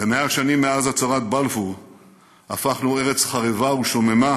ב-100 שנים מאז הצהרת בלפור הפכנו ארץ חרבה ושוממה